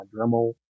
Dremel